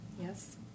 yes